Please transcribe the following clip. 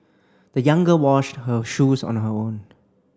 the young girl washed her shoes on her own